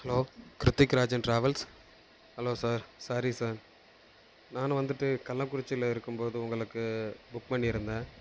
hello Krithik Rajan travels hello sir sorry sir நானும் வந்துட்டு கள்ளக்குறிச்சியில் இருக்கும் போது உங்களுக்கு புக் பண்ணியிருந்தேன்